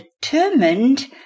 determined